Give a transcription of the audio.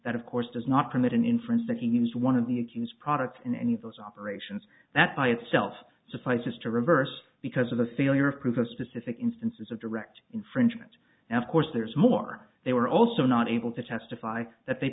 that of course does not permit an inference that you use one of the accused products in any of those operations that by itself suffices to reverse because of the failure of proof of specific instances of direct infringement and of course there's more they were also not able to testify that they